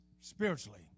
spiritually